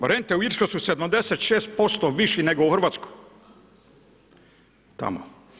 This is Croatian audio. Pa rente u Irskoj su 76% viši nego u Hrvatskoj tamo.